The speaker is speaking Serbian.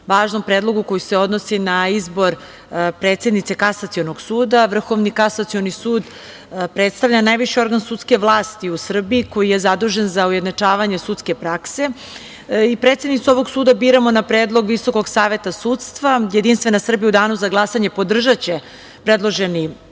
važnom predlogu koji se odnosi na izbor predsednice Kasacionog suda. Vrhovni kasacioni sud predstavlja najviši organ sudske vlasti u Srbiji koji je zadužen za ujednačavanje sudske prakse. Predsednicu ovog suda biramo na predlog Visokog saveta sudstva. Jedinstvena Srbija će u danu za glasanje podržati predloženi